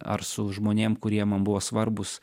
ar su žmonėm kurie man buvo svarbūs